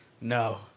No